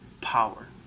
power